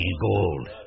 gold